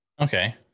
Okay